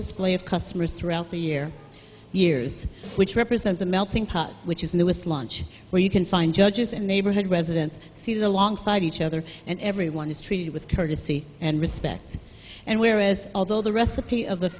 display of customers throughout the year years which represent the melting pot which is newest lunch where you can find judges and neighborhood residents see it alongside each other and everyone is treated with courtesy and respect and whereas although the recipe of the